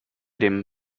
dem